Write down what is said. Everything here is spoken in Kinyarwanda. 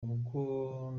ubwo